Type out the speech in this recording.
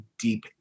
deep